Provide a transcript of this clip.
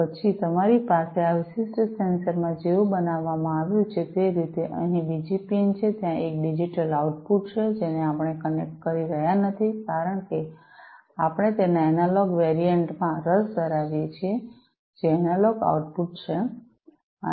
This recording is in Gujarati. તો પછી તમારી પાસે આ વિશિષ્ટ સેન્સરમાં જેવું બનાવવામાં આવ્યું છે તે રીતે અહીં બીજી પિન છે ત્યાં એક ડિજિટલ આઉટપુટ છે જેને આપણે કનેક્ટ કરી રહ્યાં નથી કારણ કે આપણે તેના એનાલોગ વેરિએન્ટ માં રસ ધરાવીએ છીએ જે એનાલોગ આઉટપુટ છે